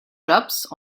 jobs